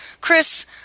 Chris